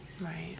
right